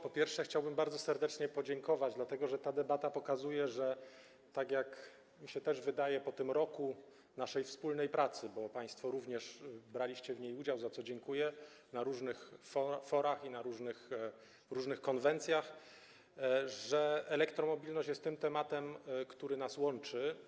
Po pierwsze, chciałbym bardzo serdecznie podziękować, dlatego że ta debata pokazuje - tak jak mi się też wydaje po tym roku naszej wspólnej pracy, bo państwo również braliście w niej udział, za co dziękuję, na różnych forach i na różnych konwencjach - że elektromobilność jest tym tematem, który nas łączy.